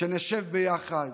שנשב ביחד,